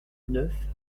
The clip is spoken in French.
neuf